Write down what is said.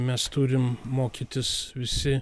mes turim mokytis visi